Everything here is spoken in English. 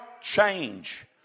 change